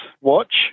watch